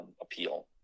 appeal